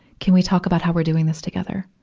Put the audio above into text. can we talk about how we're doing this together?